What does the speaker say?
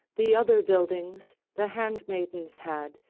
the other buildings the handmaidens had,